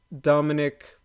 Dominic